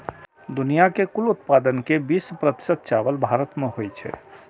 दुनिया के कुल उत्पादन के बीस प्रतिशत चावल भारत मे होइ छै